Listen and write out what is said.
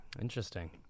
Interesting